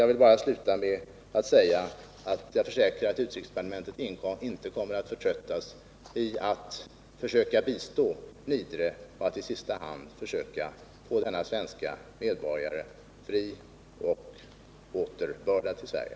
Jag vill sluta med att säga att jag försäkrar att utrikesdepartementet inte kommer att förtröttas i att försöka bistå Niedre och att i sista hand försöka få denne svenske medborgare fri och återbördad till Sverige.